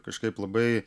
kažkaip labai